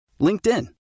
LinkedIn